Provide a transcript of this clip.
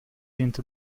into